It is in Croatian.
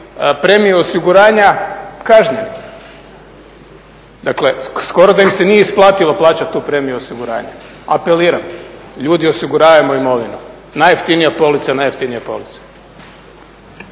premiju osiguranja kažnjeni. Dakle, skoro da im se nije isplatilo plaćati tu premiju osiguranja. Apeliram, ljudi osiguravajmo imovinu, najjeftinija polica, najjeftinija polica.